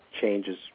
changes